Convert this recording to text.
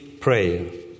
prayer